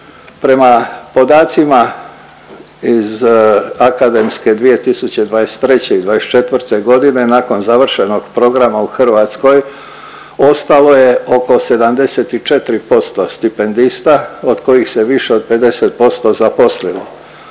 Prema podacima iz akademske 2023. i '24. g., nakon završenog programa u Hrvatskoj, ostalo je oko 74% stipendista, od kojih se više od 50% zaposlilo.